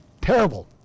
Terrible